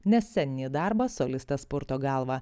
nesceninį darbą solistas purto galvą